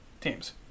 teams